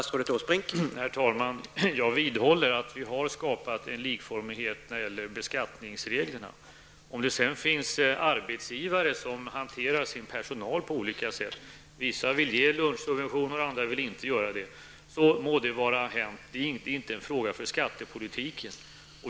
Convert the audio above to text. Herr talman! Jag vidhåller att vi har skapat en likformighet i beskattningsreglerna. Att det sedan finns arbetsgivare som hanterar sin personal på olika sätt -- vissa vill ge lunchsubventioner och andra vill inte göra det -- må det vara hänt. Det är inte en fråga för skattepolitiken.